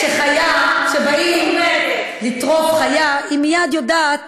אתה יודע, נחמן, כשבאים לטרוף חיה, היא מייד יודעת